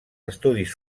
estudis